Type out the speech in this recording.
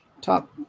top